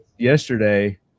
Yesterday